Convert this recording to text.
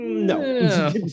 No